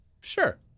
sure